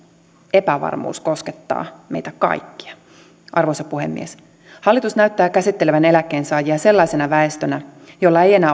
epävarmuus koskettaa meitä kaikkia arvoisa puhemies hallitus näyttää käsittelevän eläkkeensaajia sellaisena väestönä jolla ei enää